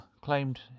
claimed